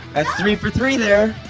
ah three for three there.